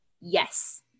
yes